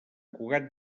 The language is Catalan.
cugat